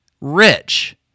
rich